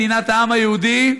מדינת העם היהודי,